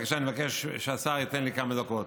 אני מבקש שהשר ייתן לי כמה דקות.